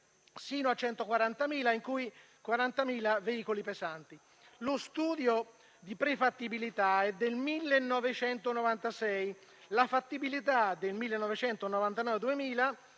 fino a 140.000, tra cui 40.000 veicoli pesanti. Lo studio di prefattibilità è del 1996, quello di fattibilità è del 1999-2000